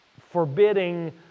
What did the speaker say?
forbidding